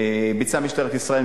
ביצעה משטרת ישראל,